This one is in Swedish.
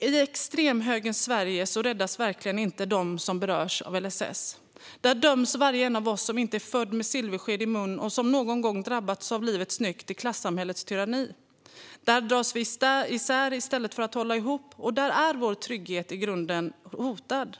i extremhögerns Sverige räddas verkligen inte de som berörs av LSS. Där blir var och en av oss som inte är född med silversked i mun och som någon gång drabbas av livets nyck dömd till klassamhällets tyranni. Där dras vi isär i stället för att hålla ihop, och där är vår trygghet i grunden hotad.